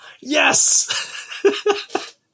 Yes